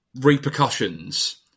repercussions